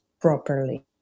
properly